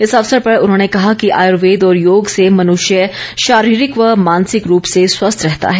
इस अवसर पर उन्होंने कहा कि आर्यवेद और योग से मनष्य शारीरिक व मानसिक रूप से स्वस्थ रहता है